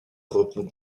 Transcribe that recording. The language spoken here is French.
reprend